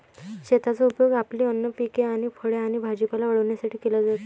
शेताचा उपयोग आपली अन्न पिके आणि फळे आणि भाजीपाला वाढवण्यासाठी केला जातो